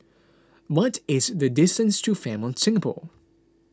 what is the distance to Fairmont Singapore